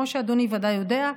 כמו שאדוני בוודאי יודע,